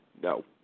No